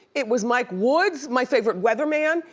it was mike woods, my favorite weatherman,